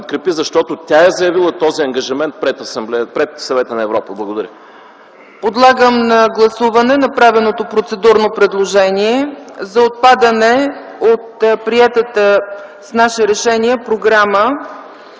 защото тя е заявила този ангажимент пред Съвета на Европа. Благодаря.